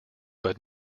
but